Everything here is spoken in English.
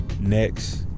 next